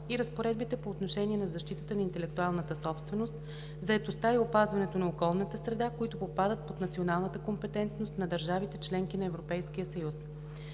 и разпоредбите по отношение на защитата на интелектуалната собственост, заетостта и опазването на околната среда, които попадат под националната компетентност на държавите – членки на Европейския съюз.